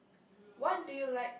what do you like